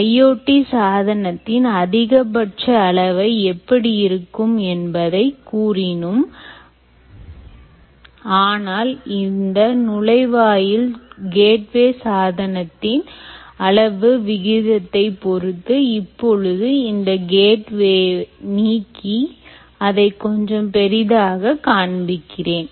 IoT சாதனத்தின் அதிகபட்ச அளவை எப்படி இருக்கும் என்பதை கூறினும் ஆனால் இந்த நுழைவாயில் சாதனத்தின் அளவு விகிதத்தைப் பொறுத்து இப்பொழுது இந்த கேட்வே நீக்கி அதை கொஞ்சம் பெரியதாக காண்பிக்கிறேன்